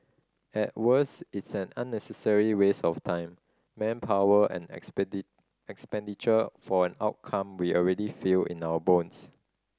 at worst it's an unnecessary waste of time manpower and expenditure for an outcome we already feel in our bones